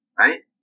right